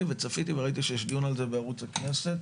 וצפיתי וראיתי שיש דיון על זה בערוץ הכנסת.